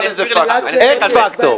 אקס-פקטור.